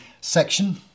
section